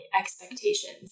expectations